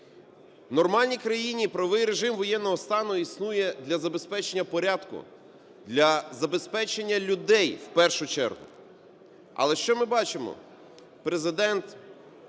В нормальній країні правовий режим воєнного стану існує для забезпечення порядку, для забезпечення людей, в першу чергу. Але що ми бачимо? Президент,